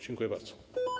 Dziękuję bardzo.